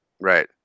Right